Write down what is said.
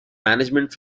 management